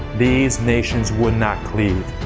these nations would not cleave.